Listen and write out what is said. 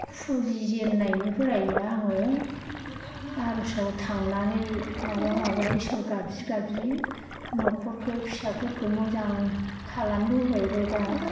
फुजि जेननायनिफ्रायनो आङो आर'जाव थांनानै माबा माबा इसोर गाबज्रि गाबज्रि न'खरखो फिसाफोरखो मोजां खालामबोबायर' दा